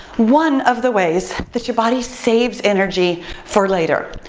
one of the ways that your body saves energy for later.